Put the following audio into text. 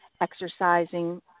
exercising